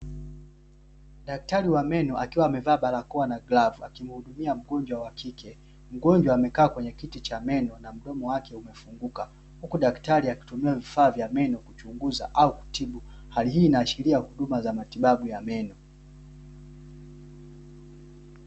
Daktari wa meno akiwa amevaa barakoa na glavu akimuhudumia mgonjwa wa kike, mgonjwa amekaa kwenye kiti cha meno na mdomo wake umefunguka huku daktari akitumia vifaa vya meno kuchunguza au kutibu. Hali hii inaashiria huduma za matibabu ya meno.